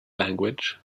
language